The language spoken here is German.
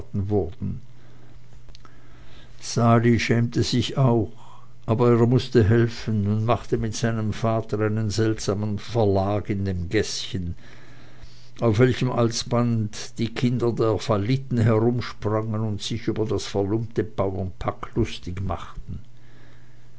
sali schämte sich auch aber er mußte helfen und machte mit seinem vater einen seltsamen verlag in dem gäßchen auf welchem alsbald die kinder der falliten herumsprangen und sich über das verlumptete bauernpack lustig machten